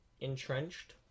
entrenched